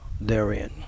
therein